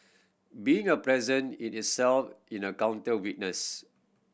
being a present in itself in a counter witness